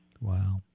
Wow